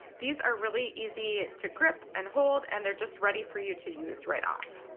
these are really easy to grip and hold and they're just ready for you to use right off.